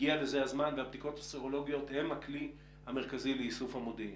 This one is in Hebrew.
הגיע לזה הזמן והבדיקות הסרולוגיות הן הכלי המרכזי לאיסוף המודיעין.